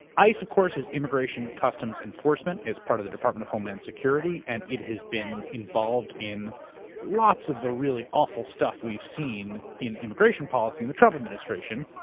ice of course is immigration customs enforcement. it's part of the department of homeland security. and it has been involved in lots of the really awful stuff we've seen in immigration policy in the trump administration.